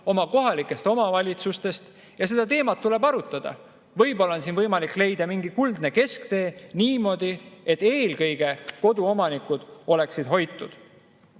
oma kohalikest omavalitsustest ja seda teemat tuleb arutada. Võib-olla on siin võimalik leida mingi kuldne kesktee niimoodi, et eelkõige koduomanikud oleksid hoitud.